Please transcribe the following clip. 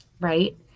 right